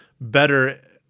better